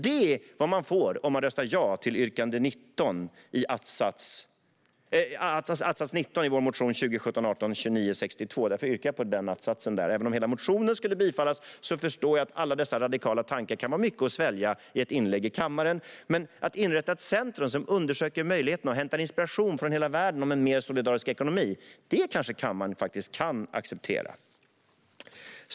Detta är vad man får om man röstar ja till att-sats 19 i vår motion 2017/18:2962. Jag yrkar bifall till den att-satsen. Även om hela motionen skulle bifallas förstår jag att alla dessa radikala tankar kan vara mycket att svälja i ett inlägg i kammaren. Men att inrätta ett centrum som undersöker möjligheten och hämtar inspiration från hela världen till en mer solidarisk ekonomi kanske faktiskt kammaren kan acceptera.